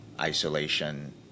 isolation